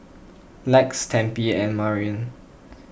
Lex Tempie and Marian